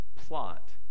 plot